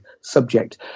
subject